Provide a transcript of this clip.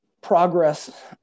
progress